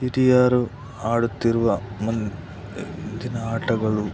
ಹಿರಿಯರು ಆಡುತ್ತಿರುವ ಮುಂ ಹಿಂದಿನ ಆಟಗಳು